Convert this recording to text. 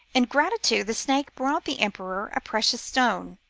in gratitude the snake brought the emperor a precious stone.